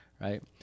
Right